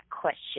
question